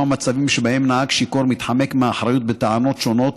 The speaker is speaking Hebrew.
מצבים שבהם נהג שיכור מתחמק מאחריות בטענות שונות,